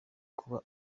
kuba